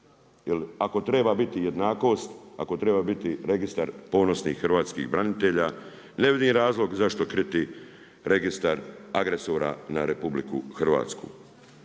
ako treba biti jednakost, ako treba biti registar ponosnih hrvatskih branitelja, ne vidim razlog zašto kriti registar agresora na RH.